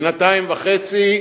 שנתיים וחצי,